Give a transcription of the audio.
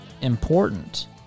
important